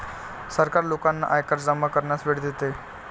सरकार लोकांना आयकर जमा करण्यास वेळ देते